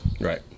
Right